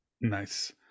nice